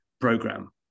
program